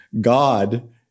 God